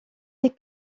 les